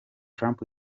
trump